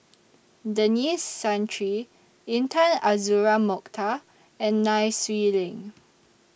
Denis Santry Intan Azura Mokhtar and Nai Swee Leng